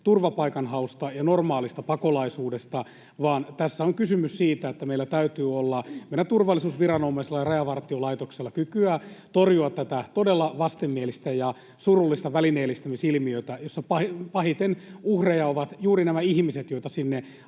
Juuri näin!] ja normaalista pakolaisuudesta, vaan tässä on kysymys siitä, että meillä täytyy olla meidän turvallisuusviranomaisilla ja Rajavartiolaitoksella kykyä torjua tätä todella vastenmielistä ja surullista välineellistämisilmiötä, jossa pahiten uhreja ovat juuri nämä ihmiset, joita